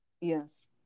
Yes